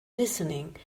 listening